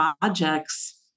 projects